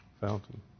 fountain